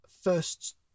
first